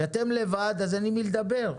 כשאתם לבד, אין עם מי לדבר,